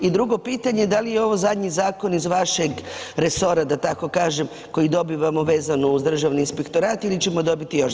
I drugo pitanje, da li je ovo zadnji zakon iz vašeg resora, da tako kažem, koji dobivamo vezano uz Državni inspektorat ili ćemo dobiti još zakona?